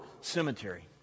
cemetery